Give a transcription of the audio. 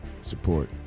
support